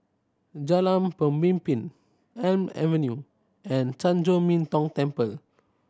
Jalan Pemimpin Elm Avenue and Chan Chor Min Tong Temple